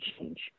change